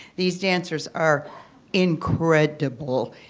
these dancers are incredible.